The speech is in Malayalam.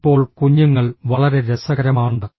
ഇപ്പോൾ കുഞ്ഞുങ്ങൾ വളരെ രസകരമാണ്